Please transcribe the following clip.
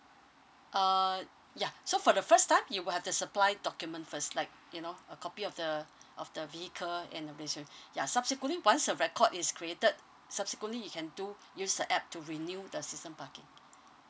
uh ya so for the first time you will have to supply document first like you know a copy of the of the vehicle and the ya subsequently once a record is created subsequently you can do use the app to renew the system parking